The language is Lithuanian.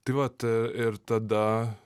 tai vat ir tada